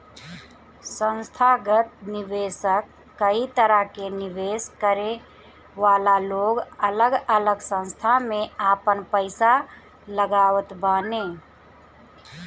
संथागत निवेशक कई तरह के निवेश करे वाला लोग अलग अलग संस्था में आपन पईसा लगावत बाने